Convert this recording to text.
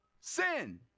sin